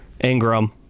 Ingram